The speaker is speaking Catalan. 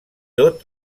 tot